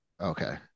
Okay